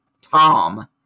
Tom